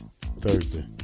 Thursday